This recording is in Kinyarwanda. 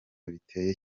biteye